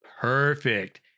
perfect